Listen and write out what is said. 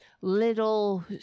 little